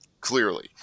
clearly